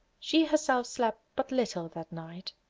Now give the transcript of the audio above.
she herself slept but little that night.